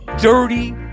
dirty